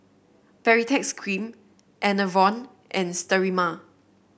Baritex Cream Enervon and Sterimar